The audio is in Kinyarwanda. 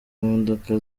imodoka